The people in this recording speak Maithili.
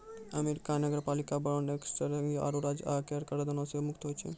अमेरिका नगरपालिका बांड अक्सर संघीय आरो राज्य आय कराधानो से मुक्त होय छै